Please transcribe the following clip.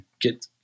get